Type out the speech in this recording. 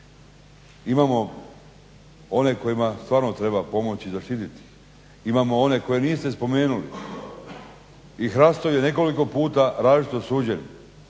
Imamo one kojima stvarno treba pomoći i zaštiti ih, imamo one koje niste spomenuli. I … je nekoliko puta različito suđen.